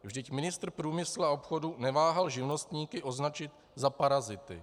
Vždyť ministr průmyslu a obchodu neváhal živnostníky označit za parazity.